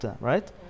Right